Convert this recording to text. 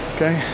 Okay